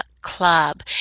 club